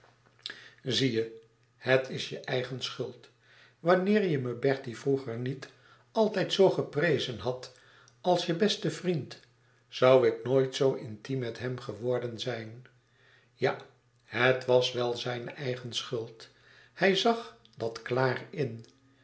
zie je het is je eigen schuld wanneer je me bertie vroeger niet altijd zoo geprezen hadt als je beste vriend zoû ik nooit zoo intiem met hem geworden zijn ja het was wel zijne eigen schuld hij zag dat klaar in